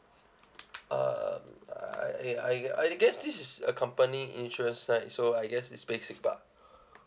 uh I I I guess this is a company insurance right so I guess it's basics bah